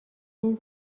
این